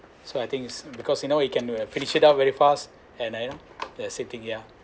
so I think it's because you know we can finish it out very fast and then just sitting ya